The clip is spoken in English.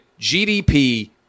GDP